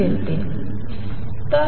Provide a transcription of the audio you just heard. देते